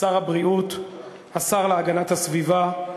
שר הבריאות, השר להגנת הסביבה,